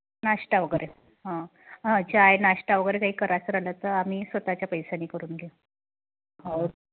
नाश्ता वगैरे हां चहा नाश्ता वगैरे काही करायचं राहिलं तर आम्ही स्वतःच्या पैशानी करून घेऊ हो